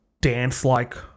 dance-like